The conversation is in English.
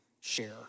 share